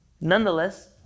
Nonetheless